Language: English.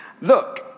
Look